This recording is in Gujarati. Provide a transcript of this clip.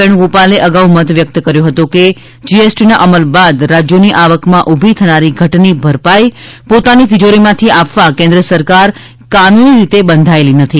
વેણુગોપાલે અગાઉ મત વ્યક્ત કર્યો હતો કે જીએસટીના અમલ બાદ રાજ્યોની આવકમાં ઊભી થનારી ઘટની ભરપાઈ પોતાની તિજોરીમાંથી આપવા કેન્દ્ર સરકાર કાનૂની રીતે બંધાયેલી નથી